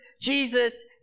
Jesus